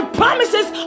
promises